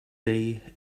day